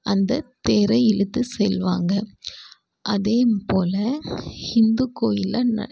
அந்த தேரை இழுத்து செல்வாங்க அதேப்போல ஹிந்து கோயிலில் ந